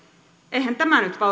eihän tämä nyt